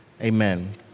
Amen